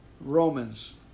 Romans